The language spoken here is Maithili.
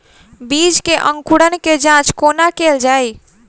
बीज केँ अंकुरण केँ जाँच कोना केल जाइ?